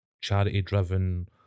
charity-driven